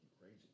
crazy